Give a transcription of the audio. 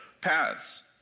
paths